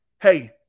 Hey